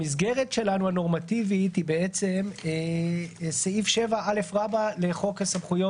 המסגרת הנורמטיבית שלנו היא סעיף 7א למה שמכונה